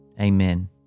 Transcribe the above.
Amen